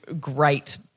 great